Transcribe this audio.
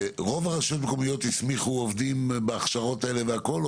רוב הרשויות המקומיות הסמיכו עובדים בהכשרות האלה והכול?